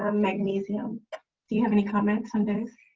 ah magnesium. do you have any comments on those?